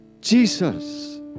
Jesus